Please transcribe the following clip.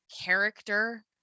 character